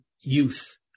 Youth